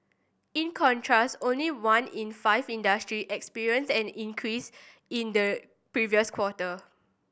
in contrast only one in five industry experienced an increase in the previous quarter